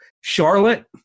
Charlotte